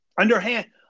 Underhand